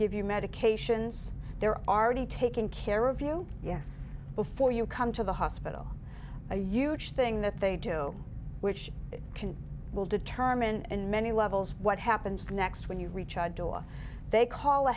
give you medications there are already taken care of you before you come to the hospital a huge thing that they do which can will determine in many levels what happens next when you reach a door they call